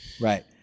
Right